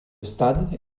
stade